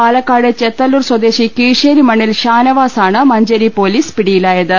Palakkad Chethallur സ്വദേശി കീഴ്ശേരിമണ്ണിൽ ഷാനവാസാണ് മഞ്ചേരി പൊലീസ് പിടിയിലായത്